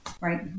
right